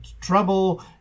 Trouble